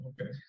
Okay